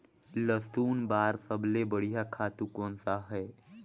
लसुन बार सबले बढ़िया खातु कोन सा हो?